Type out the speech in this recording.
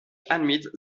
admitted